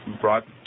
brought